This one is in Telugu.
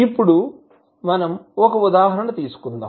ఇప్పుడు ఒక ఉదాహరణ తీసుకుందాం